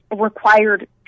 required